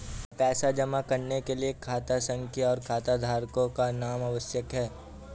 क्या पैसा जमा करने के लिए खाता संख्या और खाताधारकों का नाम आवश्यक है?